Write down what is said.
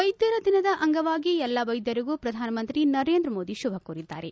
ವೈದ್ದರ ದಿನದ ಅಂಗವಾಗಿ ಎಲ್ಲ ವೈದ್ದರಿಗೂ ಪ್ರಧಾನಮಂತ್ರಿ ನರೇಂದ್ರ ಮೋದಿ ಶುಭ ಕೋರಿದ್ದಾರೆ